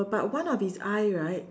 but one of his eye right